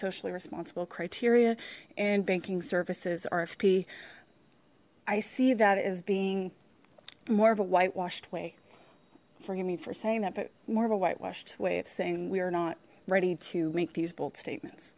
socially responsible criteria and banking services rfp i see that as being more of a whitewashed way forgive me for saying that but more of a whitewashed way of saying we are not ready to make these bold statements